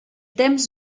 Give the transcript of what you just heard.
temps